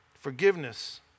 Forgiveness